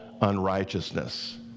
unrighteousness